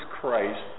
Christ